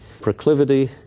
proclivity